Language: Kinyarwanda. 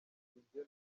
ninjye